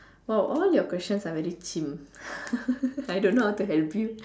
oh all your questions are very cheem I don't know how to help you